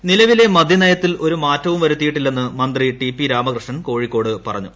മദ്യനയം നിലവിലെ മദ്യനയത്തിൽ ഒരു മാറ്റവും വരുത്തിയിട്ടില്ലെന്ന് മന്ത്രി ടി പി രാമകൃഷ്ണൻ കോഴിക്കോട് പറഞ്ഞു